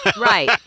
Right